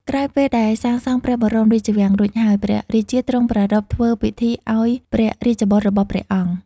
ក្រោយពេលដែលសាងសង់ព្រះបរមរាជវាំងរួចហើយ ព្រះរាជាទ្រង់ប្រារព្ធធ្វើពិធីឲ្យព្រះរាជបុត្ររបស់ព្រះអង្គ ។